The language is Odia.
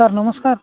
ସାର୍ ନମସ୍କାର